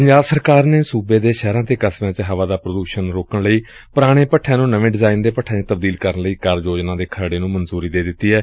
ਪੰਜਾਬ ਸਰਕਾਰ ਨੇ ਸੂਬੇ ਦੇ ਸ਼ਹਿਰਾਂ ਅਤੇ ਕਸਬਿਆਂ ਚ ਹਵਾ ਦਾ ਪ੍ਰਦੂਸ਼ਣ ਖ਼ਤਮ ਕਰਨ ਲਈ ਪੁਰਾਣੇ ਭੱਠਿਆਂ ਨੂੰ ਨਵੇਂ ਡੀਜ਼ਾਈਨ ਦੇ ਭੱਠਿਆਂ ਚ ਤਬਦੀਲ ਕਰਨ ਲਈ ਕਾਰਜ ਯੋਜਨਾ ਦੇ ਖਰੜੇ ਨੂੰ ਮਨਜੂਰੀ ਦੇ ਦਿੱਤੀ ਏ